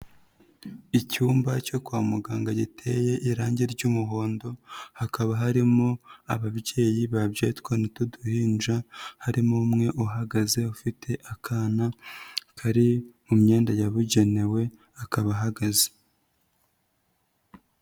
Icyumba cyo kwa muganga giteye irangi ry'umuhondo hakaba harimo ababyeyi babyaye utwana tw'uduhinja harimo umwe uhagaze ufite akana kari mu myenda yabugenewe akaba ahagaze.